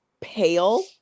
pale